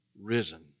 risen